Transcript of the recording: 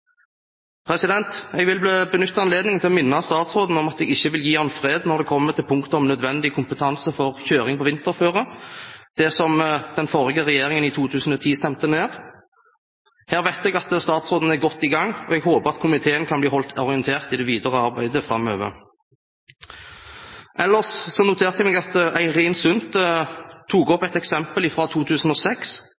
Jeg vil benytte anledningen til å minne statsråden om at jeg ikke vil gi ham fred når det gjelder punktet om nødvendig kompetanse for kjøring på vinterføre, det som den forrige regjeringen i 2010 stemte ned. Her vet jeg at statsråden er godt i gang, og jeg håper at komiteen kan bli holdt orientert om det videre arbeidet framover. Ellers noterte jeg meg at Eirin Sund tok opp